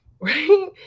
right